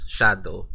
Shadow